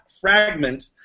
fragment